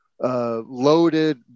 Loaded